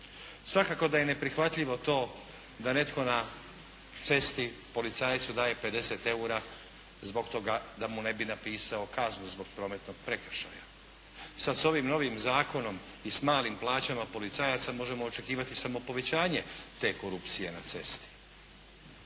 Svakako da je neprihvatljivo to da netko na cesti policajcu daje 50€ zbog toga da mu ne bi napisao kaznu zbog prometnog prekršaja. Sada s ovim novim zakonom i s malim plaćama policajaca, možemo očekivati samo povećanje te korupcije na cesti,